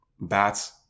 bats